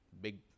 big